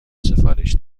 سفارش